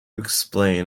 explain